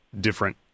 different